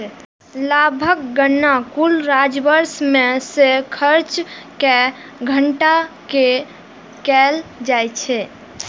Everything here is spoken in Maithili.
लाभक गणना कुल राजस्व मे सं खर्च कें घटा कें कैल जाइ छै